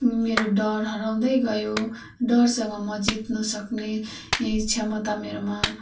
मेरो डर हराउँदै गयो डरसँग म जित्न सक्ने क्षमता मेरोमा